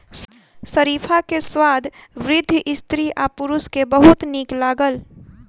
शरीफा के स्वाद वृद्ध स्त्री आ पुरुष के बहुत नीक लागल